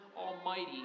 Almighty